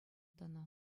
тӑнӑ